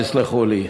תסלחו לי.